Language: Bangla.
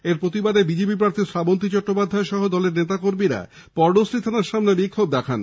এর প্রতিবাদে বিজেপি প্রার্থী শ্রাবন্তী চট্টোপাধ্যায় সহ দলের নেতা ও কর্মীরা পর্ণশ্রী থানার সামনে বিক্ষোভ দেখায়